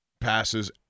passes